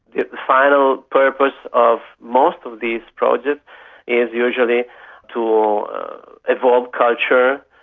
the final purpose of most of these projects is usually to evoke culture,